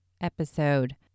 episode